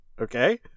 Okay